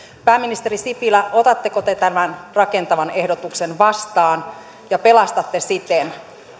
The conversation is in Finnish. pääministeri sipilä otatteko te tämän rakentavan ehdotuksen vastaan ja pelastatte siten